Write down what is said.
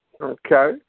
Okay